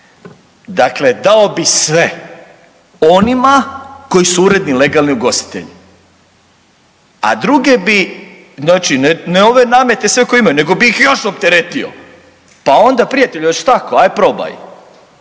dakle dao bi sve onima koji su uredni, legalni ugostitelji, a druge bi znači ne ove namete koje sve imaju nego bi ih još opteretio, pa onda prijatelju oćeš tako ajde probaj,